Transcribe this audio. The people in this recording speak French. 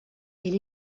elle